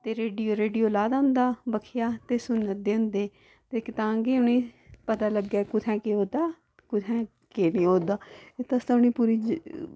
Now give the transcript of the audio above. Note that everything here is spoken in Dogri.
ते रेडियो रेडियो ला दा होंदा बक्खिया ते सुना दे होंदे ते तां गै उ'नेंगी पता लग्गै कि कुत्थै केह् होआ दा की कुत्थै केह् होआ दा इत्त आस्तै उ'नेंगी पूरी